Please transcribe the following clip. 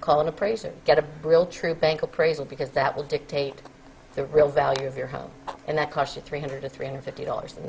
call an appraiser get a real true bank appraisal because that will dictate the real value of your home and the cost of three hundred to three hundred fifty dollars in